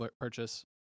purchase